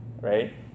right